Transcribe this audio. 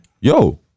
Yo